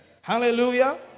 Hallelujah